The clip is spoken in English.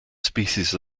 species